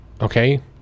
Okay